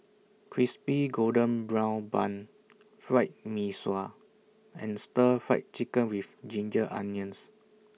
Crispy Golden Brown Bun Fried Mee Sua and Stir Fried Chicken with Ginger Onions